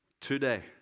Today